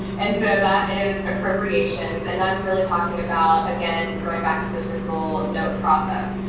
and so that is appropriations, and that's really talking about, again, going back to the fiscal note process.